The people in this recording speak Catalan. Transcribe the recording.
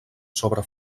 sobre